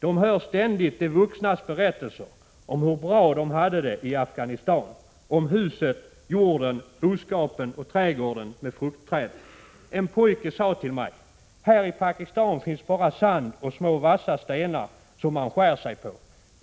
De hör ständigt de vuxnas berättelser om hur bra de hade det i Afghanistan, om huset, jorden, boskapen och trädgården med fruktträden. En pojke sa till mig: ”Här i Pakistan finns bara sand och små vassa stenar, som man skär sig på.